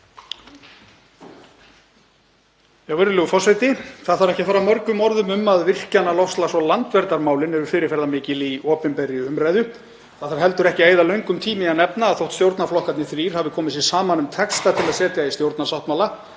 Virðulegur forseti. Það þarf ekki að fara mörgum orðum um það að virkjunar-, loftslags- og landverndarmálin eru fyrirferðarmikil í opinberri umræðu. Það þarf heldur ekki að eyða löngum tíma í að nefna að þótt stjórnarflokkarnir þrír hafi komið sér saman um texta til að setja í stjórnarsáttmála